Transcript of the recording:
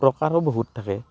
প্ৰকাৰো বহুত থাকে